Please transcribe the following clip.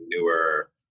newer